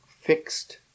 fixed